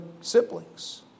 siblings